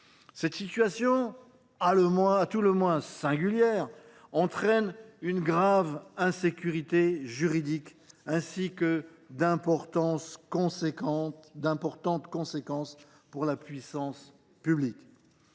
Cette situation à tout le moins singulière entraîne une grave insécurité juridique ainsi que d’importantes conséquences pour la puissance publique.